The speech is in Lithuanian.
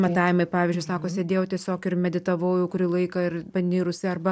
matavimai pavyzdžiui sako sėdėjau tiesiog ir meditavau jau kurį laiką ir panirusi arba